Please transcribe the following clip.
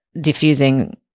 diffusing